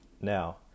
Now